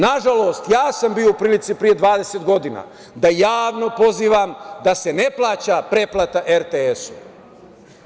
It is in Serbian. Na žalost, ja sam bio u prilici pre 20 godina da javno pozivam da se ne plaća pretplata RTS-u.